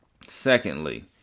Secondly